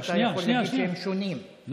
אתה יכול להגיד שהם שונים,